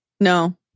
No